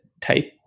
type